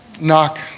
knock